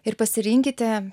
ir pasirinkite